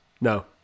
No